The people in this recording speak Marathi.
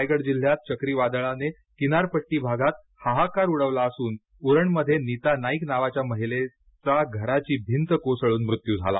रायगड जिल्ह्यात चक़ीवादळाने किनारपट्टी भागात हाहाकार उडविला असून उऱणमध्ये नीता नाईक नावाच्या महिलेचा घराची भिंत कोसळून तिचा मृत्यू झाला